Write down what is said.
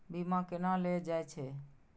बीमा केना ले जाए छे?